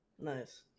Nice